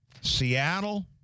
Seattle